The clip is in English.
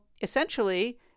essentially